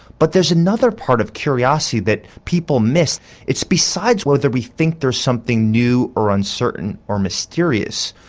but there's another part of curiosity that people miss it's besides whether we think there's something new or uncertain or mysterious.